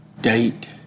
date